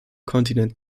kontinent